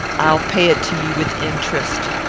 i'll pay it to you with interest.